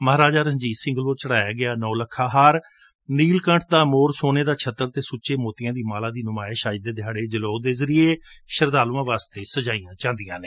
ਮਹਾਰਾਜਾ ਰਣਜੀਤ ਸਿੰਘ ਵੱਲੋ ਚੜਾਇਆ ਗਿਆ ਨੌਲਖਾਹਾਰ ਨੀਲ ਕੰਠ ਦਾ ਮੋਰ ਸੋਨੇ ਦਾ ਛੱਤਰ ਅਤੇ ਸੁੱਚੇ ਮੋਤੀਆਂ ਦੀ ਮਾਲਾ ਦੀ ਨੁਮਾਇਸ਼ ਅੱਜ ਦੇ ਦਿਹਾੜੇ ਜਲੋਅ ਦੇ ਜ਼ਰੀਏ ਸ਼ਰਧਾਲੁਆਂ ਵਾਸਤੇ ਸਜਾਈਆਂ ਜਾਂਦੀਆਂ ਨੇ